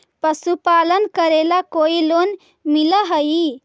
पशुपालन करेला कोई लोन मिल हइ?